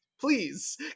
Please